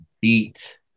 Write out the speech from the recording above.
beat